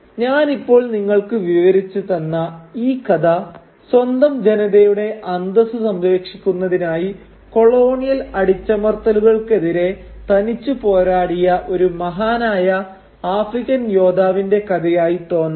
ഞാനിപ്പോൾ നിങ്ങൾക്കു വിവരിച്ചു തന്ന ഈ കഥ സ്വന്തം ജനതയുടെ അന്തസ്സ് സംരക്ഷിക്കുന്നതിനായി കൊളോണിയൽ അടിച്ചമർത്തലുകൾക്ക് എതിരെ തനിച്ച് പോരാടിയ ഒരു മഹാനായ ആഫ്രിക്കൻ യോദ്ധാവിന്റെ കഥയായി തോന്നാം